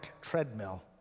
treadmill